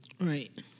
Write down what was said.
Right